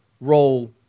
role